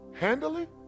handily